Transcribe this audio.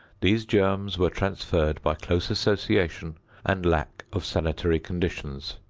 these germs were transferred by close association and lack of sanitary conditions.